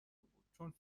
بود، چون